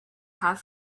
half